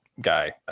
guy